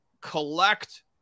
collect